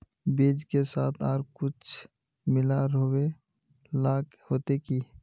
बीज के साथ आर कुछ मिला रोहबे ला होते की?